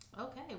Okay